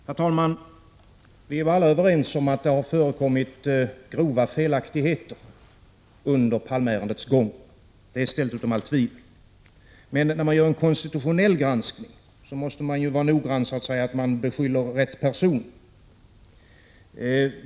Herr talman! Vi är alla överens om att det har förekommit grova 20 maj 1987 felaktigheter under Palmeärendets gång — detta är ställt utom allt tvivel. Men när man gör en konstitutionell granskning måste man vara noggrann så att man riktar beskyllningar mot rätt person.